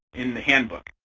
in the handbook.